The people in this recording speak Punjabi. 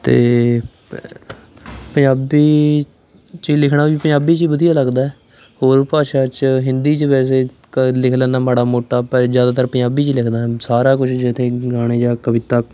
ਅਤੇ ਪੰਜਾਬੀ 'ਚ ਲਿਖਣਾ ਵੀ ਪੰਜਾਬੀ 'ਚ ਵਧੀਆ ਲੱਗਦਾ ਹੋਰ ਭਾਸ਼ਾ 'ਚ ਹਿੰਦੀ 'ਚ ਵੈਸੇ ਕ ਲਿਖ ਲੈਂਦਾ ਮਾੜਾ ਮੋਟਾ ਪਰ ਜ਼ਿਆਦਾਤਰ ਪੰਜਾਬੀ 'ਚ ਲਿਖਦਾ ਸਾਰਾ ਕੁਛ ਜਿੱਦਾਂ ਗਾਣੇ ਜਾਂ ਕਵਿਤਾ